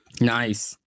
Nice